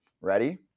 Ready